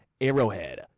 Arrowhead